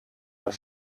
has